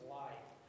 life